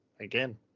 again